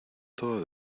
todo